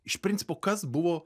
iš principo kas buvo